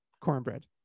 cornbread